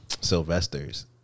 Sylvester's